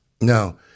now